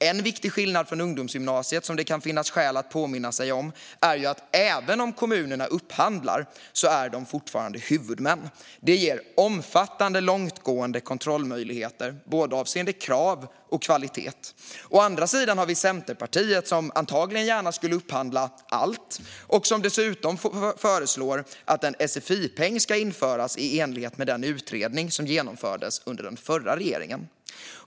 En viktig skillnad från ungdomsgymnasiet som det kan finnas skäl att påminna sig om är att även om kommunerna upphandlar är de fortfarande huvudmän. Det ger omfattande och långtgående kontrollmöjligheter avseende krav och kvalitet. Å andra sidan har vi Centerpartiet, som antagligen gärna skulle upphandla allt och dessutom föreslår att en sfi-peng ska införas i enlighet med den utredning som genomfördes under den förra regeringen.